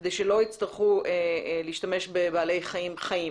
כדי שלא יצטרכו להשתמש בבעלי-חיים חיים.